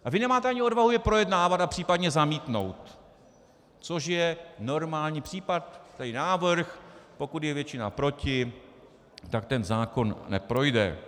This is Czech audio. A vy nemáte ani odvahu je projednávat a případně zamítnout, což je normální případ, návrh, pokud je většina proti, tak zákon neprojde.